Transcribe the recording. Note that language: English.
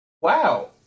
wow